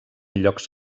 llocs